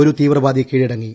ഒരു തീവ്രവാദി കീഴടങ്ങി